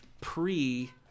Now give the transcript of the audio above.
pre